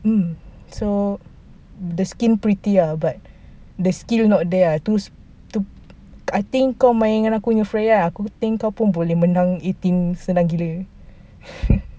hmm so the skin pretty lah but the skill not there ah itu itu I think kau main dengan aku punya freya aku think kau pun boleh menang eighteen senang gila